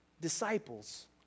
disciples